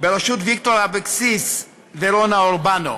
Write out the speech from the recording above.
בראשות ויקטור אבקסיס ורונה אורובנו,